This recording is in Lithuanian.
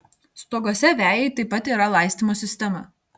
stoguose vejai taip pat yra laistymo sistema